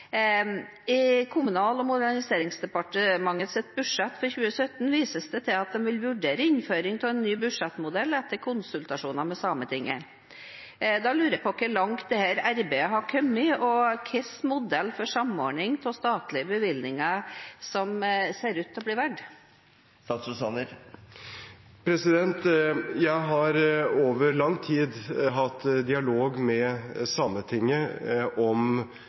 Kommunal- og moderniseringsdepartementet. I Kommunal- og moderniseringsdepartementets budsjett for 2017 vises det til at en vil vurdere innføring av en ny budsjettmodell etter konsultasjoner med Sametinget. Da lurer jeg på hvor langt dette arbeidet er kommet, og hvilken modell for samordning av statlige bevilgninger som ser ut til å bli valgt. Jeg har over lang tid hatt dialog med Sametinget om